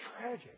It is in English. tragic